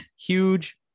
huge